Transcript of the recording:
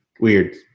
weird